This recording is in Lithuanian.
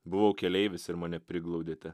buvau keleivis ir mane priglaudėte